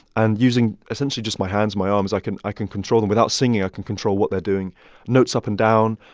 and using essentially just my hands, my arms, i can i can control them. without singing, i can control what they're doing notes up and down,